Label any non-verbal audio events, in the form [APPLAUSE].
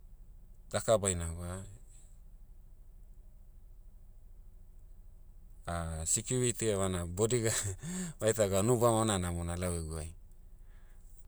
Daka baina gwa, [HESITATION] security evana bodiga- [LAUGHS] baitaga unu bamona namona lau egu'ai.